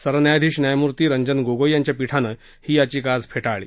सरन्यायाधीश न्यायमूर्ती रंजन गोगोई यांच्या पीठानं ही याचिका आज फे ळली